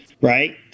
right